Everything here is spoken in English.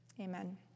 Amen